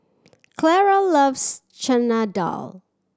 Clara loves Chana Dal